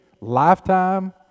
lifetime